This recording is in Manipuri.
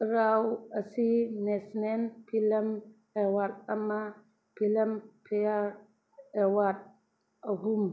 ꯔꯥꯎ ꯑꯁꯤ ꯅꯦꯁꯅꯦꯜ ꯐꯤꯂꯝ ꯑꯦꯋꯥꯔꯗ ꯑꯃ ꯐꯤꯂꯝ ꯐꯤꯌꯥꯔ ꯑꯦꯋꯥꯔꯗ ꯑꯍꯨꯝ